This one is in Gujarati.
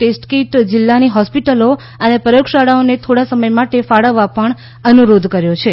ટેસ્ટ કીટ જિલ્લાની હોસ્પીટલો અને પ્રયોગશાળાઓને થોડા સમય માટે ફાળવવા અનુરોધ કર્યો છે